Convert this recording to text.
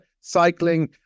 cycling